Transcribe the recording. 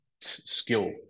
skill